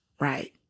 right